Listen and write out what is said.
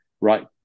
right